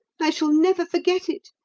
i shall never forget it.